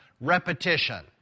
repetition